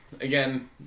Again